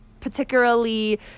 particularly